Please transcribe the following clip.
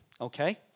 okay